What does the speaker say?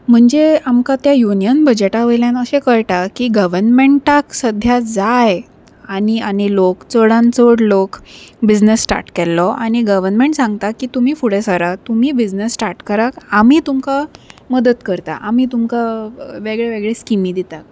म्हणजे आमकां त्या युनियन बजटा वयल्यान अशें कळटा की गवर्नमँटाक सद्या जाय आनी आनी लोक चडान चड लोक बिझनेस स्टार्ट केल्लो आनी गवर्मेंट सांगता की तुमी फुडें सरात तुमी बिझनस स्टार्ट करात आमी तुमकां मदत करता आमी तुमकां वेगळे वेगळे स्किमी दितात